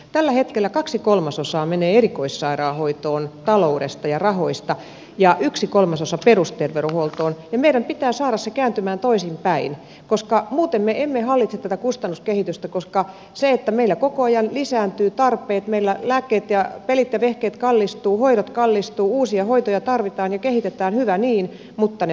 tällä hetkellä kaksi kolmasosaa taloudesta ja rahoista menee erikoissairaanhoitoon ja yksi kolmasosa perusterveydenhuoltoon ja meidän pitää saada se kääntymään toisinpäin koska muuten me emme hallitse tätä kustannuskehitystä koska meillä koko ajan lisääntyvät tarpeet meillä lääkkeet ja pelit ja vehkeet kallistuvat hoidot kallistuvat uusia hoitoja tarvitaan ja kehitetään hyvä niin mutta ne maksavat